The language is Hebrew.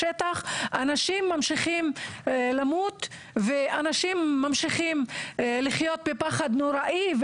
אנשים ממשיכים למות ואנשים ממשיכים לחיות בפחד נוראי.